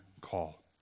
call